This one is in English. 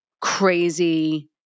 crazy